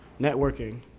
networking